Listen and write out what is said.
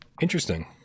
interesting